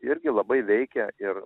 irgi labai veikia ir